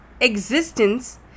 existence